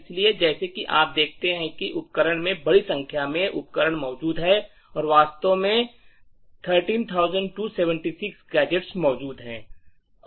इसलिए जैसा कि आप देखते हैं कि उपकरण में बड़ी संख्या में उपकरण मौजूद हैं और वास्तव में 13276 गैजेट्स मौजूद हैं